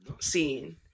seen